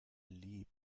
lieb